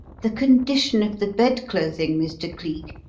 the condition of the bedclothing, mr. cleek,